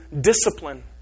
discipline